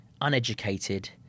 uneducated